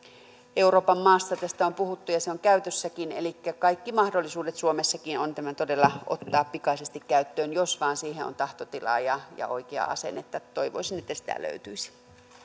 euroopan maassa tästä on puhuttu ja se on käytössäkin elikkä kaikki mahdollisuudet suomessakin on tämä todella ottaa pikaisesti käyttöön jos vain siihen on tahtotilaa ja ja oikeaa asennetta toivoisin että sitä löytyisi